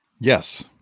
Yes